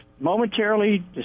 momentarily